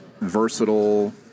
versatile